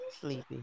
Sleepy